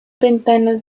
ventanas